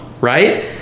right